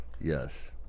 Yes